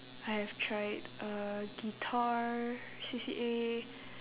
I have tried uh guitar C_C_A